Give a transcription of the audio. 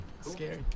Scary